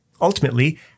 ultimately